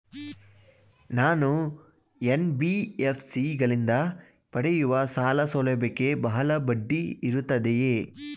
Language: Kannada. ನಾನು ಎನ್.ಬಿ.ಎಫ್.ಸಿ ಗಳಿಂದ ಪಡೆಯುವ ಸಾಲ ಸೌಲಭ್ಯಕ್ಕೆ ಬಹಳ ಬಡ್ಡಿ ಇರುತ್ತದೆಯೇ?